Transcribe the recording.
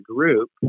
group